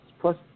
plus